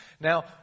Now